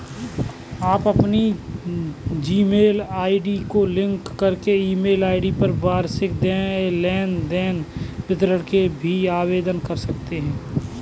आप अपनी Gmail ID को लिंक करके ईमेल पर वार्षिक लेन देन विवरण के लिए भी आवेदन कर सकते हैं